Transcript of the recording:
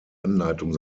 anleitung